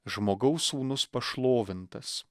žmogaus sūnus pašlovintas